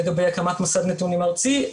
לגבי הקמת מסד נתונים ארצי,